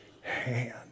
hand